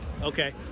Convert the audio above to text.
okay